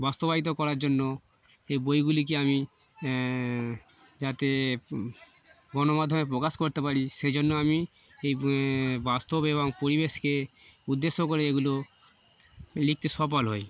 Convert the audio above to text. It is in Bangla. বাস্তবায়িত করার জন্য এই বইগুলিকে আমি যাতে গণমাধ্যমে প্রকাশ করতে পারি সেই জন্য আমি এই বাস্তব এবং পরিবেশকে উদ্দেশ্য করে এগুলো লিখতে সফল হই